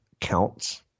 counts